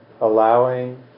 allowing